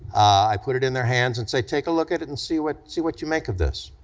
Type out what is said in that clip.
i put it in their hands and say, take a look at it and see what see what you make of this,